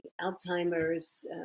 Alzheimer's